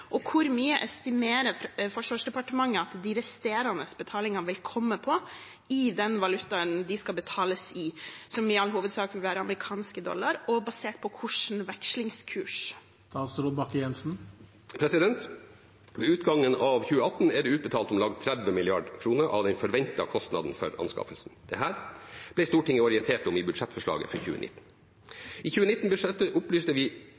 den valutaen de skal betales i – som i hovedsak vil være amerikanske dollar – og basert på hvilken vekslingskurs?» Ved utgangen av 2018 er det utbetalt om lag 30 mrd. kr av den forventede kostnaden for anskaffelsen. Dette ble Stortinget orientert om i budsjettforslaget for 2019. I 2019-budsjettet opplyste vi